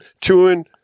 chewing